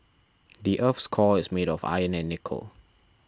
the earth's core is made of iron and nickel